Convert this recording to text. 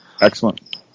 Excellent